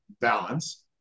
balance